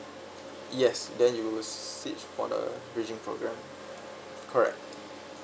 yes then you will sit for the raging program correct